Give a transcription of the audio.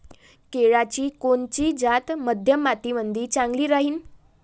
केळाची कोनची जात मध्यम मातीमंदी चांगली राहिन?